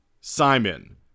Simon